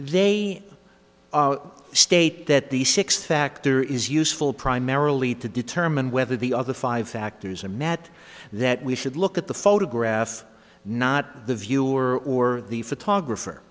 they state that the sixth factor is useful primarily to determine whether the other five factors are met that we should look at the photograph not the viewer or the photographer